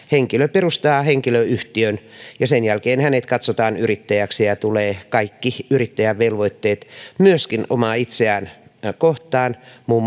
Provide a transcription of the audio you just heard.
henkilö perustaa henkilöyhtiön ja sen jälkeen hänet katsotaan yrittäjäksi ja tulee kaikki yrittäjän velvoitteet myöskin omaa itseään kohtaan